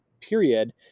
period